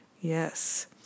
yes